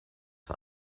für